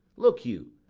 look you,